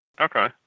Okay